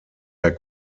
der